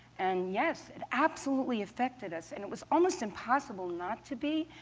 and yes, it absolutely affected us. and it was almost impossible not to be,